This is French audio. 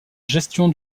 gestion